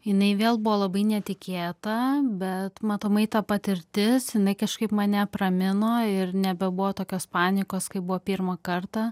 jinai vėl buvo labai netikėta bet matomai ta patirtis jinai kažkaip mane apramino ir nebebuvo tokios panikos kaip buvo pirmą kartą